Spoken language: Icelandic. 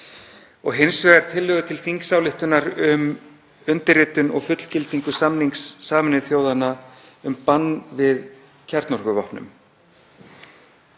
og hins vegar tillögu til þingsályktunar um undirritun og fullgildingu samnings Sameinuðu þjóðanna um bann við kjarnorkuvopnum.